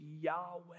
Yahweh